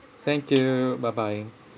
thank you bye bye